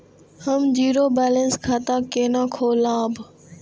हम zero balance खाता केना खोलाब?